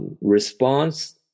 Response